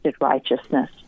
righteousness